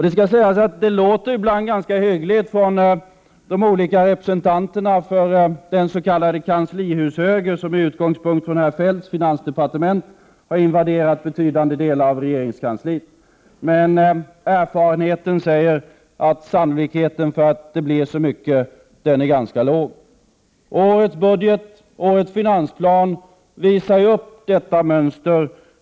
Det skall sägas att det ibland låter ganska hyggligt från de olika representanterna för den s.k. kanslihushöger som med utgångspunkt i herr Feldts finansdepartement har invaderat betydande delar av regeringskansliet. Men erfarenheten säger att sannolikheten för att det blir något är ganska liten. Årets budget, årets finansplan visar upp detta mönster.